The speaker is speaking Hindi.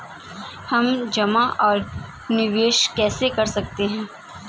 हम जमा और निवेश कैसे कर सकते हैं?